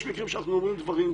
יש מקרים שאנחנו אומרים דברים,